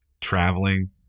traveling